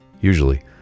Usually